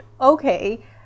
okay